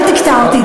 אל תקטע אותי,